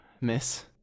Miss